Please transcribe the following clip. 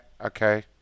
okay